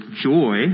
joy